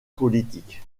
politiques